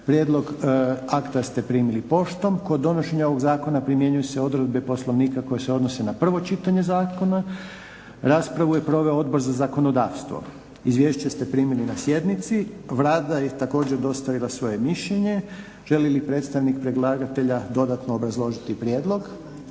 Prijedloga akta primili ste poštom. Kod donošenja ovog zakona primjenjuju se odredbe Poslovnika koje se odnose na prvo čitanje zakona. Raspravu su proveli Odbor za zakonodavstvo. Izvješća ste primili na sjednici. Vlada je također dostavila mišljenje. Želi li predstavnik predlagatelja dodatno obrazložiti prijedlog?